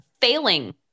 failing